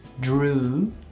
drew